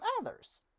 others